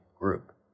group